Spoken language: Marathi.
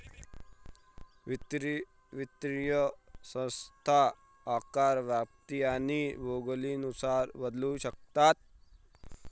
वित्तीय संस्था आकार, व्याप्ती आणि भूगोलानुसार बदलू शकतात